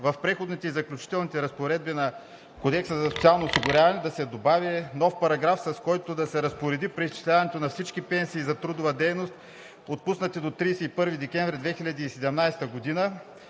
в Преходните и заключителните разпоредби на Кодекса за социално осигуряване нов параграф, с който да се разпореди преизчисляването на всички пенсии за трудова дейност, отпуснати до 31 декември 2017 г.,